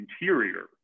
interior